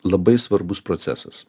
labai svarbus procesas